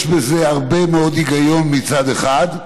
יש בזה הרבה מאוד היגיון מצד אחד,